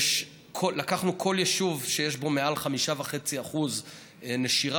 לקחנו כל יישוב שיש בו מעל 5.5% נשירה